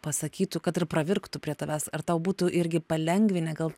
pasakytų kad ir pravirktų prie tavęs ar tau būtų irgi palengvinę gal